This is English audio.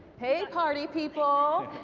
hey party people.